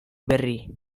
berri